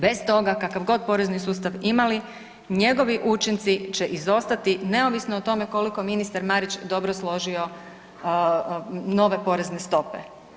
Bez toga kakav god porezni sustav imali njegovi učinci će izostati neovisno o tome koliko ministar Marić dobro složio nove porezne stope.